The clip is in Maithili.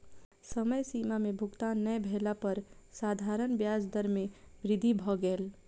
समय सीमा में भुगतान नै भेला पर साधारण ब्याज दर में वृद्धि भ गेल